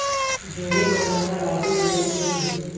ಜೇಡಿ ಮಣ್ಣಾಗ ರಾಗಿ ಬೆಳಿತೈತೇನ್ರಿ?